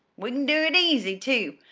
we can do it easy, too.